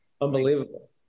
Unbelievable